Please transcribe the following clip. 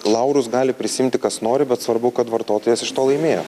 laurus gali prisiimti kas nori bet svarbu kad vartotojas iš to laimėjo